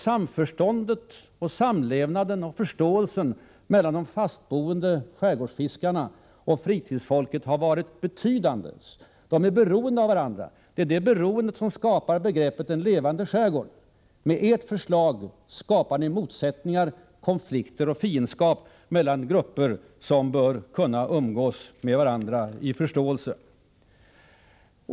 Samförståndet, samlevnaden och förståelsen mellan de fastboende skärgårdsfiskarna och fritidsfolket har varit betydande. De är beroende av varandra, och det är det beroendet som skapar begreppet en levande skärgård. Med ert förslag skapar ni motsättningar, konflikter och fiendskap mellan grupper som bör kunna umgås med varandra med förståelse.